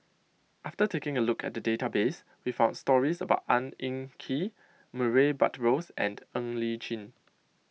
after taking a look at the database we found stories about Ang Hin Kee Murray Buttrose and Ng Li Chin